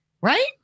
right